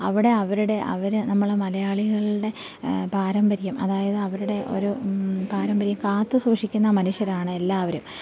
അവിടെ അവരുടെ അവർ നമ്മൾ മലയാളികളുടെ പാരമ്പര്യം അതായത് അവരുടെ ഒരു പാരമ്പര്യം കാത്തുസൂക്ഷിക്കുന്ന മനുഷ്യരാണ് എല്ലാവരും